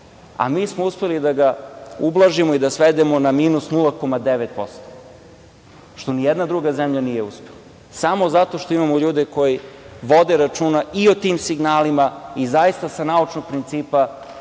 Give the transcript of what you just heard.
a mi smo uspeli da ga ublažimo i da svedemo na minus 0,9%, što nijedna druga zemlja nije uspela. Samo zato što imamo ljude koji vode računa i o tim signalima i zaista sa naučnog principa